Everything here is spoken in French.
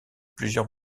plusieurs